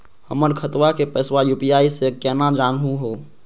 हमर खतवा के पैसवा यू.पी.आई स केना जानहु हो?